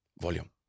volume